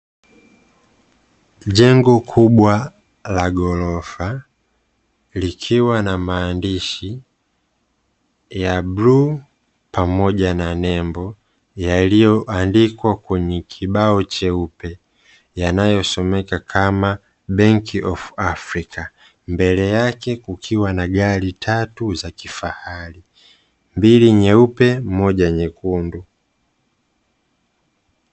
Jengo kubwa la ghorofa likiwa na maandishi ya blue pamoja na nembo yaliyoandikwa kwenye kibao cheupe yanayosomeka kama "Bank of Africa", mbele yake kukiwa na gari tatu za kifahari, mbili nyeupe, moja nyekundu.